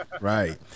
Right